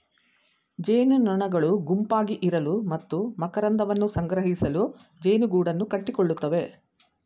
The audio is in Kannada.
ಜೇನುನೊಣಗಳು ಗುಂಪಾಗಿ ಇರಲು ಮತ್ತು ಮಕರಂದವನ್ನು ಸಂಗ್ರಹಿಸಲು ಜೇನುಗೂಡನ್ನು ಕಟ್ಟಿಕೊಳ್ಳುತ್ತವೆ